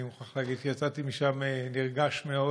אני מוכרח להגיד שיצאתי משם נרגש מאוד.